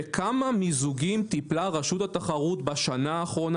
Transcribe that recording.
בכמה מיזוגים טיפלה רשות התחרות בשנה האחרונה